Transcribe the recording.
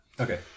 Okay